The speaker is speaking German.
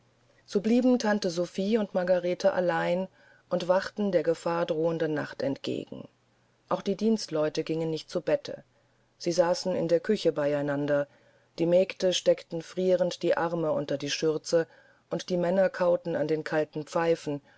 so blieben tante sophie und margarete allein und wachten der gefahrdrohenden nacht entgegen auch die dienstleute gingen nicht zu bette sie saßen in der küche bei einander die mägde steckten frierend die arme unter die schürze und die männer kauten an der kalten pfeife